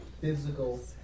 physical